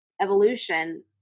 evolution